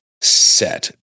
set